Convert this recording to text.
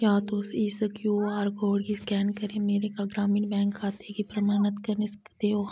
क्या तुस इस क्यू आर कोड गी स्कैन करियै मेरे केरल ग्रामीण बैंक खाते गी प्रमाणत करी सकदे ओ